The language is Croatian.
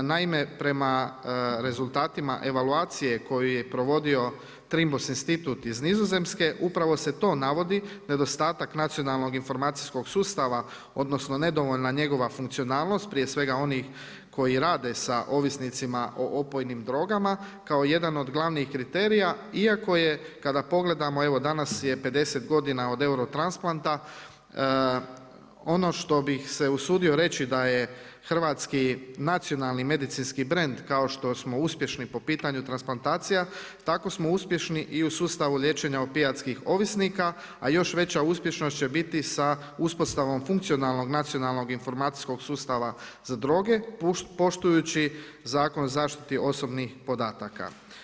Naime, prema rezultatima evaluacije koju je provodio Trimbos institut iz Nizozemske, upravo se to navodi nedostatak nacionalnog informacijskog sustava odnosno nedovoljna njegova funkcionalnost prije svega onih koji rade sa ovisnicima o opojnim drogama kao jedan od glavnih kriterijima iako je kada pogledamo evo danas je 50 godina od euro-transplanta, ono što bih se usudio reći da je hrvatski nacionalni medicinski brend kao što smo uspješni po pitanju transplantacije tako smo uspješni i u sustavu liječenja opijatskih ovisnika, a još veća uspješnost će biti sa uspostavom funkcionalnog nacionalnog informacijskog sustava za droge poštujući Zakon o zaštiti osobnih podataka.